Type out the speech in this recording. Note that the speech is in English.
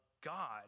God